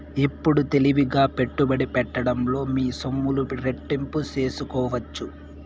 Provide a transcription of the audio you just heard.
ఎప్పుడు తెలివిగా పెట్టుబడి పెట్టడంలో మీ సొమ్ములు రెట్టింపు సేసుకోవచ్చు